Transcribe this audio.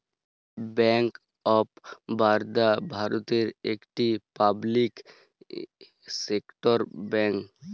bank of Baroda ভারতের একটি public sector bank